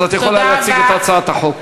אז את יכולה להציג את הצעת החוק.